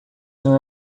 não